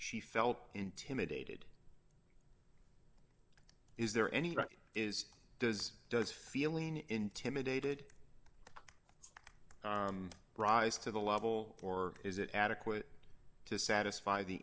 she felt intimidated is there any is does does feeling intimidated rise to the level or is it adequate to satisfy the